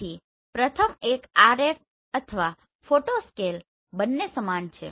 તેથી પ્રથમ એક RF અથવા ફોટો સ્કેલ બંને સમાન છે